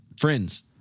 friends